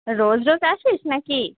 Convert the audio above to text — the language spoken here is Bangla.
রোজ রোজ আসিস না কি